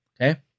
okay